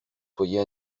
soyez